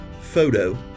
photo